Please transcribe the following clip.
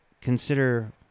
consider